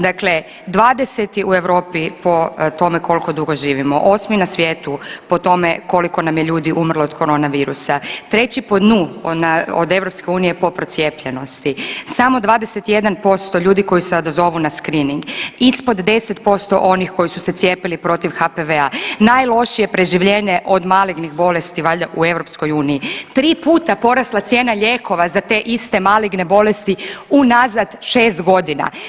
Dakle, 20 u Europi po tome koliko dugo živimo, 8 na svijetu po tome koliko nam je ljudi umrlo od korona virusa, 3 po dnu od EU po procijepljenosti, samo 21% ljudi koji se odazovu na screening, ispod 10% onih koji su se cijepili protiv HPV-a, najlošije preživljenje od malignih bolesti valjda u EU, tri puta porasla cijena lijekova za te iste maligne bolesti unazad 6 godina.